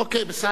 אוקיי, בסדר.